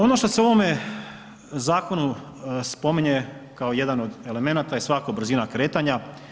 Ono što se u ovome zakonu spominje kao jedan od elemenata je svakako brzina kretanja.